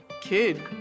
kid